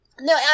No